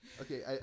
Okay